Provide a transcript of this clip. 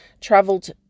traveled